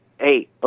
Hey